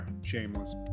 shameless